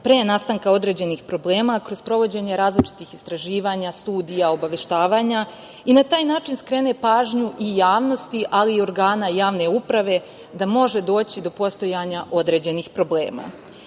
pre nastanka određenih problema, a kroz sprovođenje različitih istraživanja, studija, obaveštavanja i na taj način skrene pažnju i javnosti, ali i organa javne uprave da može doći do postojanja određenih problema.Zaštitnik